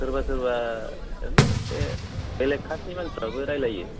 सोरबा सोरबा ओरैनो बे बेलेग कास्थनि मानसिफ्राबो रायलायो